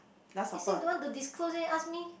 is it don't want to dispose it ask me